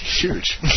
Huge